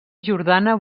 jordana